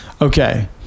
Okay